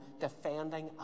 defending